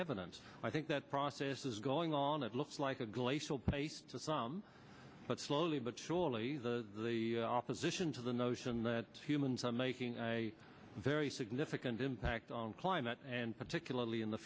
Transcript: evidence i think that process is going on it looks like a glacial pace to some but slowly but surely the opposition to the notion that humans are making very significant impact on climate and particularly in the